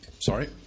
sorry